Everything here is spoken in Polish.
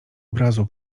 obrazu